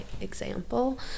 example